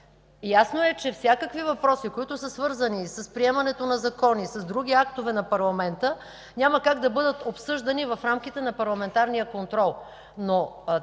Ясно е, че всякакви въпроси, свързани с приемането на закони и с други актове на парламента, няма как да бъдат обсъждани в рамките на парламентарния контрол. Въпроси